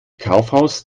kaufhaus